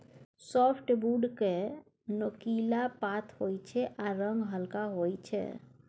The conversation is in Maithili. साफ्टबुड केँ नोकीला पात होइ छै आ रंग हल्का होइ छै